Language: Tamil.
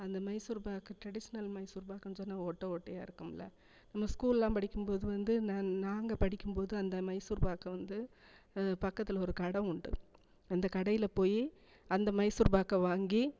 அந்த மைசூர் பாக்கு ட்ரெடிஸ்னல் மைசூர் பாக்குன்னு சொன்னால் ஓட்டை ஓட்டையாக இருக்குமில்ல நம்ம ஸ்கூலெலாம் படிக்கும்போது வந்து நான் நாங்கள் படிக்கும்போது அந்த மைசூர் பாக்கை வந்து பக்கத்தில் ஒரு கடை உண்டு அந்த கடையில் போய் அந்த மைசூர் பாக்கை வாங்கி